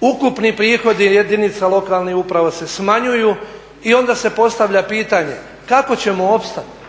ukupni prihodi jedinica lokalnih uprava se smanjuju i onda se postavlja pitanje kako ćemo opstati,